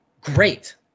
great